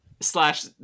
Slash